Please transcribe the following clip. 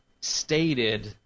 stated